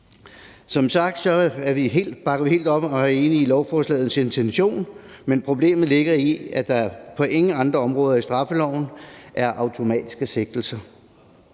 Som sagt bakker vi helt op om og er enige i beslutningsforslagets intention, men problemet ligger i, at der på ingen andre områder i straffeloven er automatiske sigtelser.